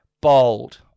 Bold